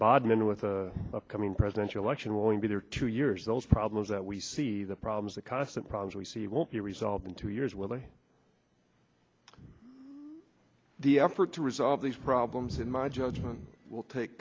bodmin with the upcoming presidential election will only be there two years those problems that we see the problems the constant problems we see won't be resolved in two years whether the effort to resolve these problems in my judgment will take